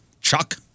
Chuck